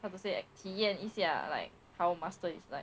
how to say that 体验一下 like how master is like